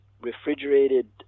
refrigerated